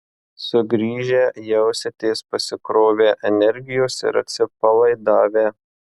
sugrįžę jausitės pasikrovę energijos ir atsipalaidavę